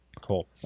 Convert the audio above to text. Cool